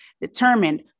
determined